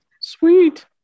Sweet